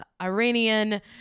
Iranian